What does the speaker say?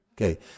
Okay